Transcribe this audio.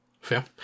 Fair